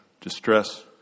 distress